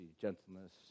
gentleness